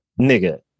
Nigga